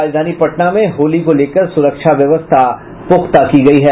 राजधानी पटना में होली को लेकर सुरक्षा व्यवस्था पुख्ता की गयी है